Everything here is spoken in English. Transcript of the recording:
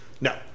No